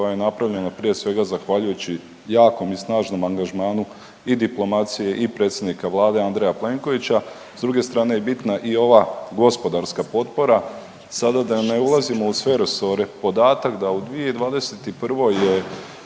koja je napravljena, prije svega, zahvaljujući jakom i snažnom angažmanu i diplomaciji i predsjednika Vlade Andreja Plenkovića. S druge strane je bitna i ova gospodarska potpora, sada da ne ulazim u sve resore, podatak da u 2021. je